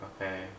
Okay